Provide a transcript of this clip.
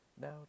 Now